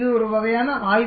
இது ஒரு வகையான ஆய்வு